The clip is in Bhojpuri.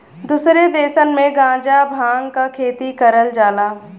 दुसरे देसन में गांजा भांग क खेती करल जाला